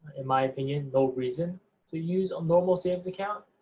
in my opinion, no reason to use a normal savings account.